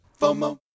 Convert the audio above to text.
FOMO